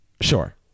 sure